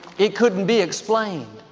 it couldn't be explained.